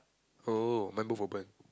oh mine both open